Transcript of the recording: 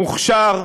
מוכשר,